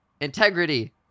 integrity